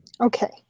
Okay